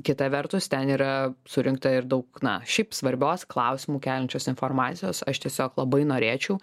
kita vertus ten yra surinkta ir daug na šiaip svarbios klausimų keliančios informacijos aš tiesiog labai norėčiau